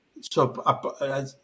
So-